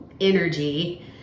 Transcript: energy